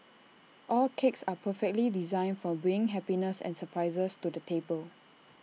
all cakes are perfectly designed for bring happiness and surprises to the table